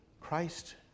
Christ